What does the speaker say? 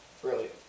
Brilliant